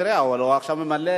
הצעת חוק הרשות הלאומית למלחמה